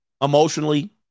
emotionally